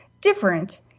different